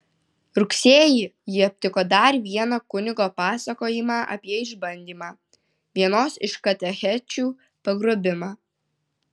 rugsėjį ji aptiko dar vieną kunigo pasakojimą apie išbandymą vienos iš katechečių pagrobimą